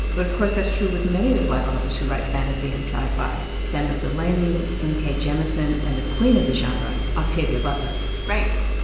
but, of course, that's true with many of the black authors who write fantasy and sci-fi samuel delany, n k. jemisin and, the queen of the genre, octavia butler right.